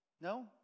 No